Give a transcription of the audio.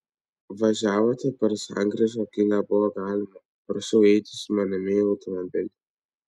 važiavote per sankryžą kai nebuvo galima prašau eiti su manimi į automobilį